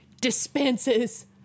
dispenses